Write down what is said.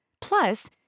Plus